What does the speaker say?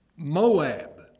Moab